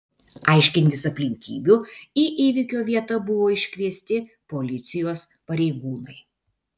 aiškintis aplinkybių į įvykio vietą buvo iškviesti policijos pareigūnai